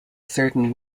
certain